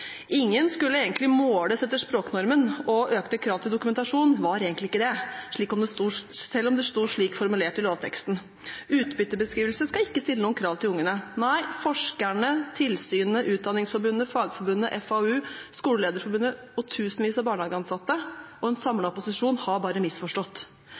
Ingen skulle egentlig måles etter språknormen, og økte krav til dokumentasjon var egentlig ikke det, selv om det sto slik formulert i lovteksten. Utbyttebeskrivelse skal ikke stille noen krav til ungene. Nei, forskerne, tilsynet, Utdanningsforbundet, Fagforbundet, FAU, Skolelederforbundet og tusenvis av barnehageansatte og en samlet opposisjon har bare misforstått.